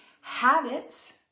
Habits